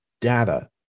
data